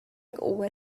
over